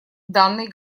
данной